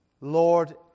Lord